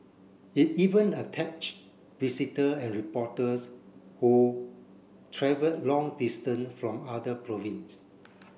it even attached visitor and reporters who travelled long distance from other province